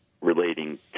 relating